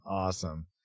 Awesome